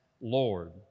Lord